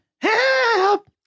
help